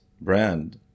brand